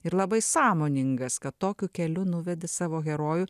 ir labai sąmoningas kad tokiu keliu nuvedėt savo herojų